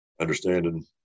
Understanding